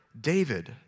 David